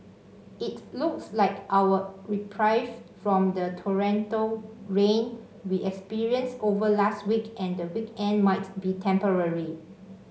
it looks like our reprieve from the torrential rain we experienced over last week and the weekend might be temporary